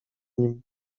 nim